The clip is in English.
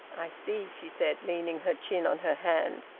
i see! she said, leaning her chin on her hand.